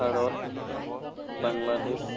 Bharat Bangladesh